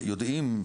יודעים,